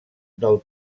del